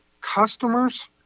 customers